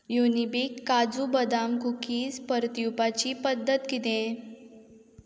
युनिबीक काजू बदाम कुकीज परतीवपाची पद्दत कितें